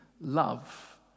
love